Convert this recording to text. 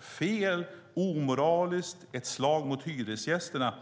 fel, omoraliskt och ett slag mot hyresgästerna.